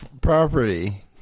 property